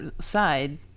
side